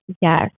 Yes